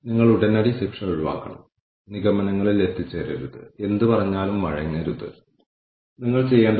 കൂടാതെ ഒരു നിശ്ചിത എണ്ണം അപകടങ്ങൾ സ്വീകാര്യമല്ലെന്ന് കണക്കാക്കപ്പെടുന്നു പക്ഷേ നമ്മൾ കുഴപ്പമില്ലെന്ന് പറയുന്നു